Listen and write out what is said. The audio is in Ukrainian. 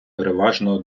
переважно